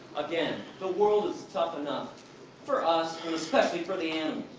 again, the world is tough enough for us, and especially for the and